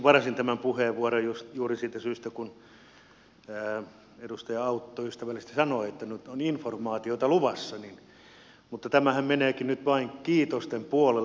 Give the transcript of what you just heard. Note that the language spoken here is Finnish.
varasin tämän puheenvuoron juuri siitä syystä kun edustaja autto ystävällisesti sanoi että nyt on informaatiota luvassa mutta tämähän meneekin nyt vain kiitosten puolelle